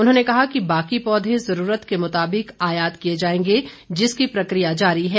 उन्होंने कहा कि बाकी पौधे जरूरत के मुताबिक आयात किए जाएंगे जिसकी प्रक्रिया जारी है